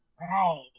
right